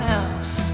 else